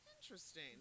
Interesting